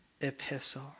epistle